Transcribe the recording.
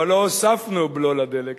אבל לא הוספנו בלו לדלק.